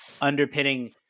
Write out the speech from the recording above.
underpinning